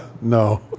No